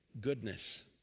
goodness